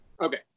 Okay